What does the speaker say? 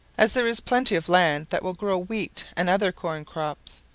as there is plenty of land that will grow wheat and other corn-crops,